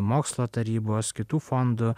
mokslo tarybos kitų fondų